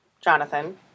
Jonathan